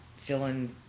feeling